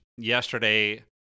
yesterday